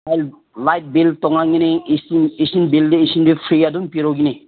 light light bill ꯇꯣꯡꯉꯥꯟꯒꯅꯤ ꯏꯁꯤꯡ ꯏꯁꯤꯡ ꯕꯤꯜꯗꯤ ꯏꯁꯤꯡꯗꯤ ꯐ꯭ꯔꯤ ꯑꯗꯨꯝ ꯄꯤꯔꯣꯒꯤꯅꯤ